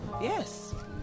Yes